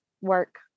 work